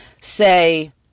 say